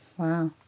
Wow